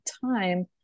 time